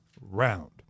round